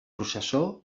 processó